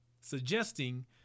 suggesting